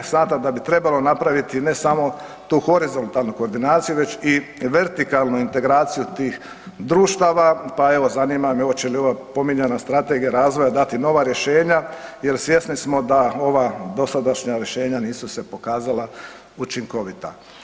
Smatram da bi trebalo napraviti ne samo tu horizontalnu koordinaciju već i vertikalnu integraciju tih društava, pa evo, zanima me oće li ova spominjana strategija razvoja dati nova rješenja jer svjesni smo da ova dosadašnja rješenja nisu se pokazala učinkovita.